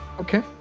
okay